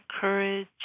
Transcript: courage